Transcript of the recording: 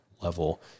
level